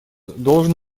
должен